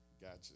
Gotcha